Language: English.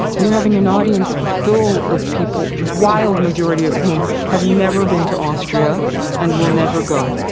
you're having an audience full of people, wild majority of whom have never been to austria and will never go.